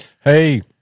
Hey